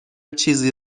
چیزی